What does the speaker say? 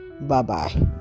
Bye-bye